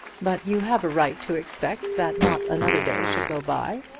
but you have a right to expect that not another day should go by.